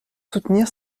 soutenir